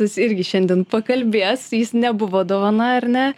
jis irgi šiandien pakalbės jis nebuvo dovana ar ne